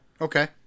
okay